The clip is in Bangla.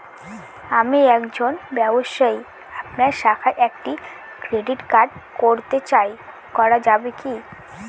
আমি একজন ব্যবসায়ী আপনার শাখায় একটি ক্রেডিট কার্ড করতে চাই করা যাবে কি?